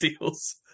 deals